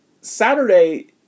Saturday